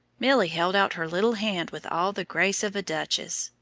milly held out her little hand with all the grace of a duchess.